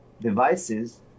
devices